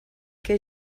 que